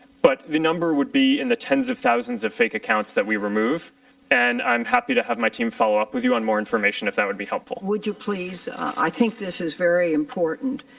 but the number would be in the tens of thousands of fake accounts that we remove and i'm happy to have my team follow up with you with and more information, if that would be helpful. would you, please? i think this is very important.